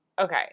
okay